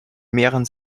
mehren